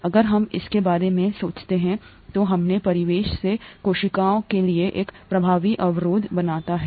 अगर हम इसके बारे में सोचते हैं यह अपने परिवेश से कोशिका के लिए एक प्रभावी अवरोध बनाता है